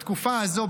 בתקופה הזו,